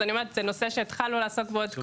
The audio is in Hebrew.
אני רק אומרת שזה נושא שהתחלנו לעסוק בו עוד קודם,